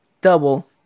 double